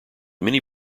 many